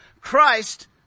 Christ